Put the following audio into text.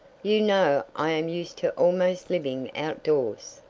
you know i am used to almost living out doors.